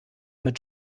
mit